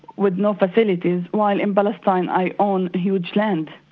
with no facilities, while in palestine i own huge lands?